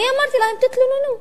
אני אמרתי להם: תתלוננו.